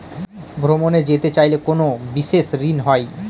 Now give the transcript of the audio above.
ভ্রমণে যেতে চাইলে কোনো বিশেষ ঋণ হয়?